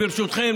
ברשותכם,